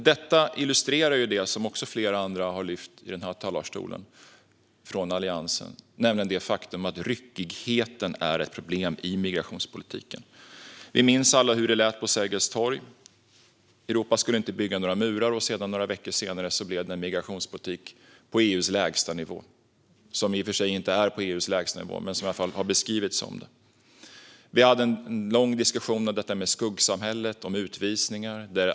Detta illustrerar det som flera andra från Alliansen också har sagt härifrån talarstolen, att ryckigheten är ett problem i migrationspolitiken. Vi minns alla hur det lät på Sergels torg: Europa skulle inte bygga några murar. Några veckor senare fick vi en migrationspolitik, så som den har beskrivits, på EU:s lägsta nivå, vilket den ju inte är. Vi hade en lång diskussion om skuggsamhället och utvisningar.